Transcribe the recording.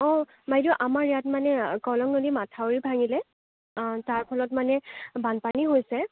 অঁ বাইদেউ আমাৰ ইয়াত মানে কলং নদী মাঠাউৰি ভাঙিলে তাৰ ফলত মানে বানপানী হৈছে